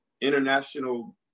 international